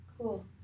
Cool